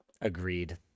Agreed